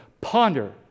Ponder